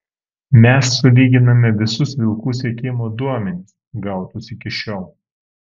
mes sulyginame visus vilkų sekimo duomenis gautus iki šiol